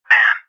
Man